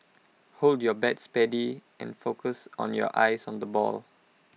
hold your bat steady and focus on your eyes on the ball